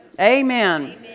Amen